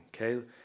okay